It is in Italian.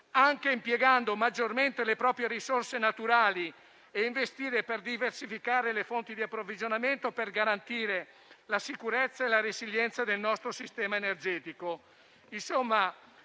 anche impiegando maggiormente le proprie risorse naturali e investendo per diversificare le fonti di approvvigionamento per garantire la sicurezza e la resilienza del nostro sistema energetico.